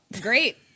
great